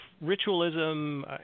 ritualism